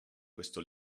questo